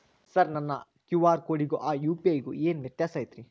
Sir ನನ್ನ ಕ್ಯೂ.ಆರ್ ಕೊಡಿಗೂ ಆ ಯು.ಪಿ.ಐ ಗೂ ಏನ್ ವ್ಯತ್ಯಾಸ ಐತ್ರಿ?